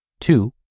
two